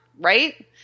Right